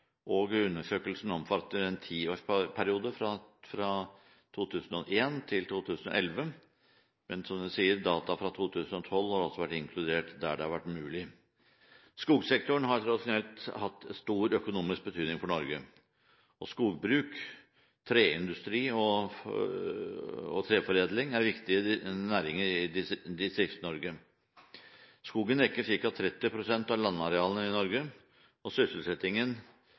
skjer. Undersøkelsen omfatter en tiårsperiode fra 2001 til 2011, men data fra 2012 har også vært inkludert der det har vært mulig. Skogsektoren har tradisjonelt hatt stor økonomisk betydning for Norge. Skogbruk, treindustri og treforedling er viktige næringer i Distrikts-Norge. Skogen dekker ca. 30 pst. av landarealene i Norge, og sysselsettingen